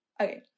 Okay